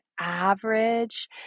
average